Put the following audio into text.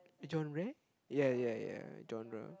a genre yeah yeah yeah uh genre